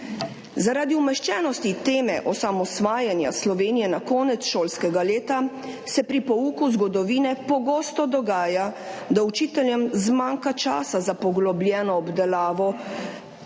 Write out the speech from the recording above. Zaradi umeščenosti teme osamosvajanja Slovenije na konec šolskega leta se pri pouku zgodovine pogosto dogaja, da učiteljem zmanjka časa za poglobljeno obdelavo